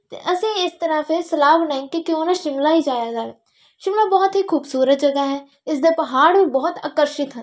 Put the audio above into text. ਅਤੇ ਅਸੀਂ ਇਸ ਤਰ੍ਹਾਂ ਫਿਰ ਸਲਾਹ ਬਣਾਈ ਕਿ ਕਿਉਂ ਨਾ ਸ਼ਿਮਲਾ ਹੀ ਜਾਇਆ ਜਾਵਾ ਸ਼ਿਮਲਾ ਬਹੁਤ ਹੀ ਖੂਬਸੂਰਤ ਜਗ੍ਹਾ ਹੈ ਇਸ ਦੇ ਪਹਾੜ ਵੀ ਬਹੁਤ ਆਕਰਸ਼ਿਤ ਹਨ